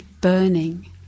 Burning